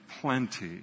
Plenty